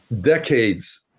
decades